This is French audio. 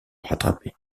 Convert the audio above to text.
rattraper